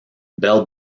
bell